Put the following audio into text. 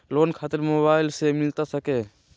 Loan खातिर mobile से मिलता सके?